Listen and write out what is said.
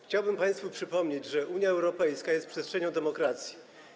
Chciałbym państwu przypomnieć, że Unia Europejska jest przestrzenią demokracji.